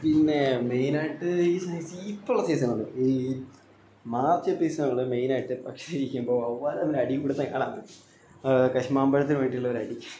പിന്നെ മെയിനായിട്ട് ഈ സീസണ് ഇപ്പം ഉള്ള സീസണാണ് ഈ മാർച്ച് സീസണുകൾ മെയിനായിട്ട് പക്ഷി നിരീക്ഷിക്കുമ്പോൾ വവ്വാല് തമ്മിലടി കൂടുന്നത് കാണാൻ പറ്റും കശുമാമ്പഴത്തിന് വേണ്ടിയുള്ളൊരടി